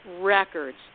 records